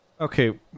okay